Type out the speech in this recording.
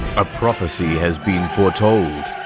a prophecy has been foretold!